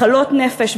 מחלות נפש,